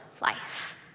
life